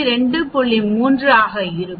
3 ஆக இருக்கும்